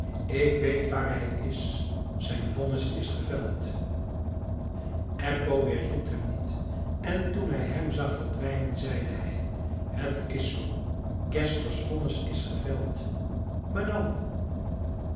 ik weet waar hij is zijn vonnis is geveld eppo weerhield hem niet en toen hij hem zag verdwijnen zeide hij het is zoo geszler's vonnis is geveld maar dan